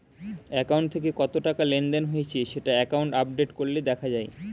account থেকে কত টাকা লেনদেন হয়েছে সেটা অ্যাকাউন্ট আপডেট করলে দেখা যায়